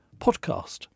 podcast